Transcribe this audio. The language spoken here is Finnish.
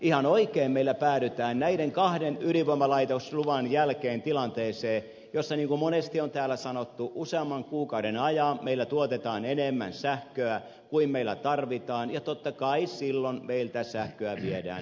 ihan oikein meillä päädytään näiden kahden ydinvoimalaitosluvan jälkeen tilanteeseen jossa niin kuin monesti on täällä sanottu useamman kuukauden ajan meillä tuotetaan enemmän sähköä kuin meillä tarvitaan ja totta kai silloin meiltä sähköä viedään ulos